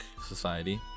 society